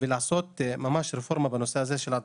ולעשות רפורמה בנושא הזה של ההדרכות.